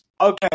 Okay